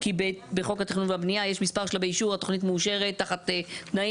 כי בחוק התכנון והבנייה יש מספר שלבי אישור התוכנית מאושרת תחת תנאים,